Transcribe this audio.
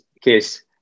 case